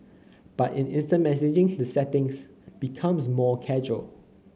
but in instant messaging the settings becomes more casual